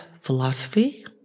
philosophy